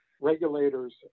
regulators